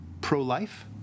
pro-life